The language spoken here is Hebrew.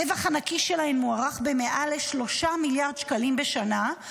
הרווח הנקי שלהן מוערך במעל 3 מיליארד שקלים בשנה.